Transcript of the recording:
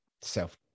self